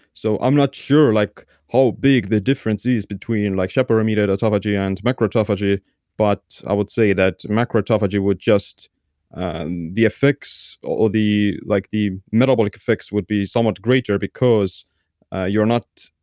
so i'm not sure like how big the difference is between like chaperone-mediated autophagy and macro-autophagy but i would say that macroautophagy would just and the effects or the like the metabolic effects would be somewhat greater because you're not,